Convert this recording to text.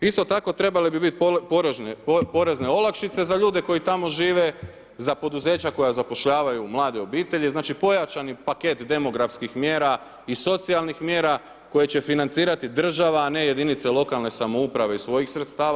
Isto tako trebale bi biti porezne olakšice za ljude koji tamo žive, za poduzeća koja zapošljavaju mlade obitelji, znači pojačan paket demografskih mjera i socijalnih mjera, koje će financirati država, a ne jedinice lokalne samouprave, iz svojih sredstava.